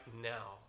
now